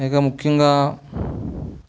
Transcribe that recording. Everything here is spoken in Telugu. ఇక ముఖ్యంగా